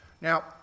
Now